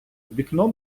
вікно